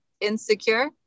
insecure